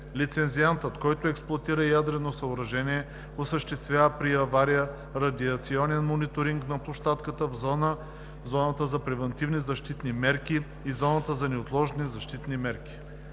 Лицензиантът, който експлоатира ядрено съоръжение, осъществява при авария радиационен мониторинг на площадката в зоната за превантивни защитни мерки и зоната за неотложни защитни мерки.“